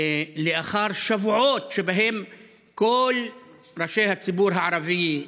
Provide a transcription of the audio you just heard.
לאחר שבועות שבהם כל ראשי הציבור הערבי,